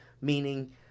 meaning